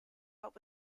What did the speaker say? but